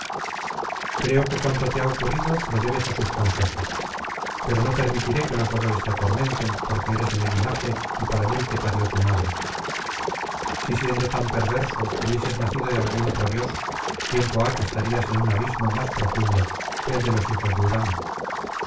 creo que cuanto te ha ocurrido lo debes á sus consejos pero no permitiré que los dolores te atormenten porque eres de mi linaje y para mí te parió tu madre si siendo tan perverso hubieses nacido de algún otro dios tiempo ha que estarías en un abismo más profundo que el de los hijos de urano